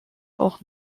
auch